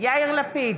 יאיר לפיד,